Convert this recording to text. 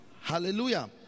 Hallelujah